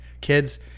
kids